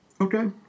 okay